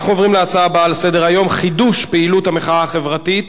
אנחנו עוברים לנושא הבא בסדר-היום: חידוש פעילות המחאה החברתית,